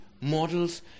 models